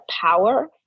power